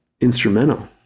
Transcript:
instrumental